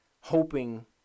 hoping